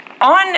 on